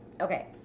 Okay